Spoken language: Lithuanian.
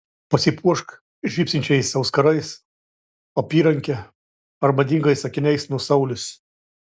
pasipuošk žybsinčiais auskarais apyranke ar madingais akiniais nuo saulės